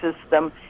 system